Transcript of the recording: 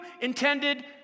intended